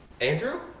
Andrew